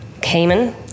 Cayman